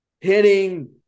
hitting